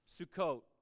Sukkot